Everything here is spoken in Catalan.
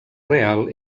real